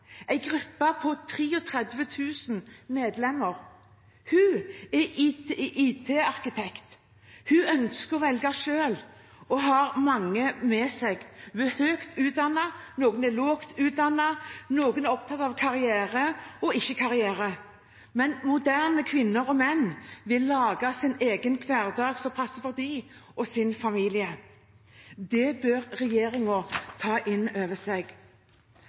gruppe på 33 000 medlemmer. Hun er IT-arkitekt. Hun ønsker å velge selv og har mange med seg. Hun har høy utdannelse, noen har lav utdannelse, noen er opptatt av karriere og andre ikke av karriere. Men moderne kvinner og menn vil lage sin egen hverdag, som passer for dem og sin familie. Det bør regjeringen ta inn over seg.